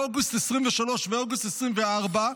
באוגוסט 2023 ובאוגוסט 2024,